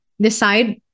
decide